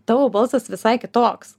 tavo balsas visai kitoks